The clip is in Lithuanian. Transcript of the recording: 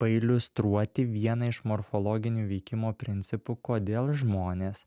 pailiustruoti vieną iš morfologinių veikimo principų kodėl žmonės